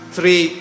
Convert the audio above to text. Three